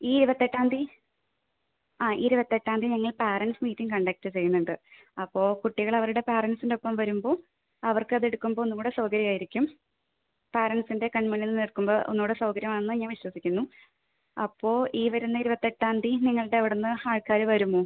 ഈ ഇരുപത്തെട്ടാം തീയതി ആ ഇരുപത്തെട്ടാം തീയതി മുന്നേ പേരൻറ്റ്സ് മീറ്റിംഗ് കണ്ടക്ട് ചെയ്യുന്നുണ്ട് അപ്പോൾ കുട്ടികൾ അവരുടെ പേരൻറ്റ്സിൻറെ ഒപ്പം വരുമ്പോൾ അവർക്കത് എടുക്കുമ്പോൾ ഒന്നും കൂടെ സൗകര്യമായിരിക്കും പാരൻറ്റ്സിൻ്റെ കൺമുന്നിൽ നിൽക്കുമ്പോൾ ഒന്ന് കൂടെ സൗകര്യമാണെന്ന് ഞാൻ വിശ്വസിക്കുന്നു അപ്പോൾ ഈ വരുന്ന ഇരുപത്തെട്ടാം തീയതി നിങ്ങളുടെ അവിടുന്ന് ആൾക്കാർ വരുമോ